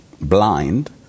blind